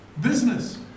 business